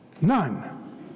None